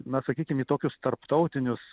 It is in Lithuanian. na sakykim į tokius tarptautinius